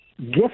gift